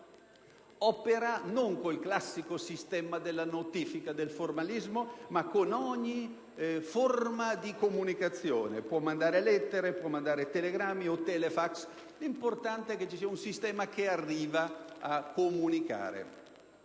opera non con il classico sistema della notifica e del formalismo, ma con ogni forma di comunicazione: può inviare lettere, telegrammi o telefax; l'importante è che vi sia un sistema che arrivi a comunicare.